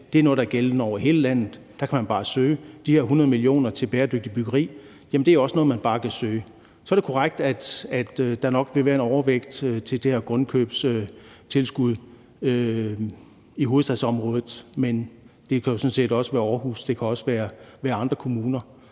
er noget, der er gældende over hele landet. Der kan man bare søge. De 100 mio. kr. til bæredygtigt byggeri er også nogle penge, man bare kan søge. Så er det korrekt, at der i forhold til det her grundkøbslån nok vil være en overvægt i hovedstadsområdet, men det kan jo sådan set også være Aarhus eller andre kommuner.